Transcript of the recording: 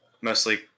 Mostly